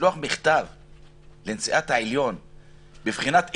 לשלוח לנשיאת העליון מכתב שהוא בבחינת איום?